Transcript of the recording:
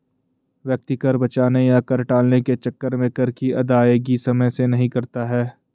व्यक्ति कर बचाने या कर टालने के चक्कर में कर की अदायगी समय से नहीं करता है